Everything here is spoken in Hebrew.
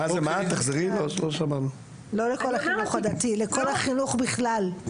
לא לכל החינוך הדתי, לכל החינוך בכלל.